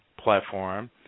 platform